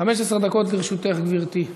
15 דקות לרשותך, גברתי.